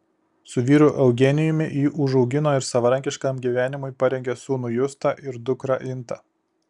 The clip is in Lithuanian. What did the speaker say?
su vyru eugenijumi ji užaugino ir savarankiškam gyvenimui parengė sūnų justą ir dukrą intą